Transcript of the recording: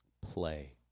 play